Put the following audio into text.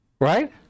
Right